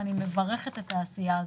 ואני מברכת את העשייה הזאת.